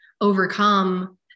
overcome